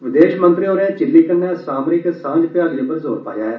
विदेश मंत्री होरें चिल्ली कन्नै सामरिक सांझ भ्याली पर जोर पाया ऐ